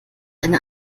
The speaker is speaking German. eine